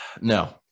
No